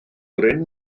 gryn